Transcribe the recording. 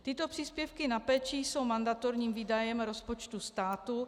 Tyto příspěvky na péči jsou mandatorním výdajem rozpočtu státu.